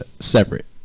separate